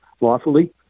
lawfully